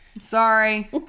Sorry